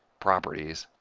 properties,